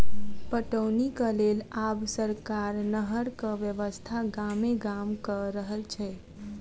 पटौनीक लेल आब सरकार नहरक व्यवस्था गामे गाम क रहल छै